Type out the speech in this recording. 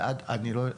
ועד אני לא יודע,